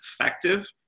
effective